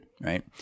right